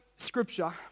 scripture